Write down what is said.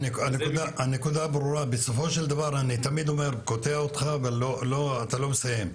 הנקודה ברורה, אני קוטע אותך אבל אתה לא מסיים.